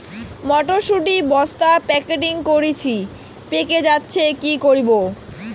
মটর শুটি বস্তা প্যাকেটিং করেছি পেকে যাচ্ছে কি করব?